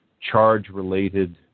charge-related